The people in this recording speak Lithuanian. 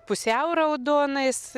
pusiau raudonais